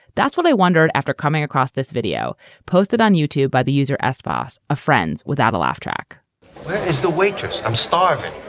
that's what i wondered after coming across this video posted on youtube by the user sboss of ah friends without a laugh track where is the waitress? i'm starving.